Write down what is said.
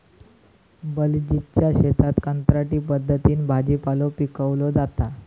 बलजीतच्या शेतात कंत्राटी पद्धतीन भाजीपालो पिकवलो जाता